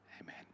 Amen